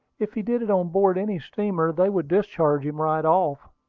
if he did it on board any steamer, they would discharge him right off.